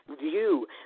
view